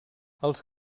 els